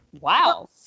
Wow